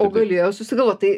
o galėjo susigalvot tai